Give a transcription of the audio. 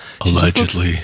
Allegedly